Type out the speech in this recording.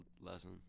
lesson